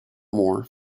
more